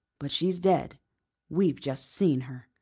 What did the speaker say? but she's dead we've just seen her!